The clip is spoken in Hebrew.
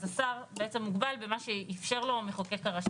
אז השר מוגבל למה שאיפשר לו המחוקק הראשי.